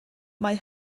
mae